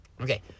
Okay